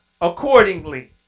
accordingly